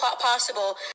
possible